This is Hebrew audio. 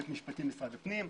היועץ המשפטי של משרד הפנים,